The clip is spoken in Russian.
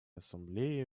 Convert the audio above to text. ассамблее